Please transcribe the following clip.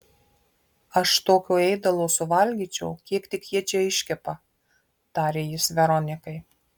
aš tokio ėdalo suvalgyčiau kiek tik jie čia iškepa tarė jis veronikai